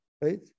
right